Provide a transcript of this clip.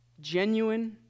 genuine